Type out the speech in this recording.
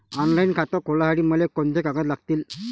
Online खातं खोलासाठी मले कोंते कागद लागतील?